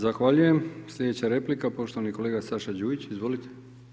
Zahvaljujem, sljedeća replika, poštovani kolega Saša Đujić, izvolite.